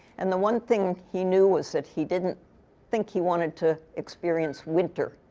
and the one thing he knew was that he didn't think he wanted to experience winter.